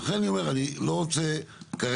אז אני אומר שאני לא רוצה כרגע